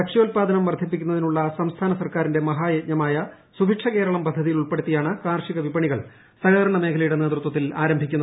ഭക്ഷ്യാൽപ്പാദനം വർദ്ധിപ്പിക്കുന്ന തിനുളള സംസ്ഥാന സർക്കാരിന്റെ മുഹാ്യജ്ഞമായ സൂഭിക്ഷ കേരളം പദ്ധതിയിൽ ഉൾപ്പെടുത്തിയാണ് കർഷക വിപണികൾ സഹകരണ മേഖലയുടെ നേതൃത്വത്തിൽ ആരംഭിക്കുന്നത്